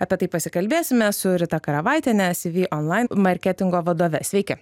apie tai pasikalbėsime su rita karavaitiene cv online marketingo vadove sveiki